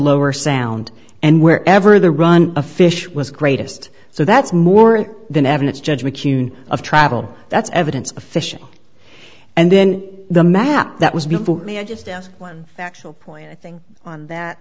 lower sound and wherever the run a fish was greatest so that's more than evidence judge mccune of travel that's evidence of fish and then the map that was before me i just one actual point i think on that